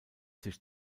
sich